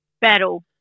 battle